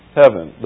heaven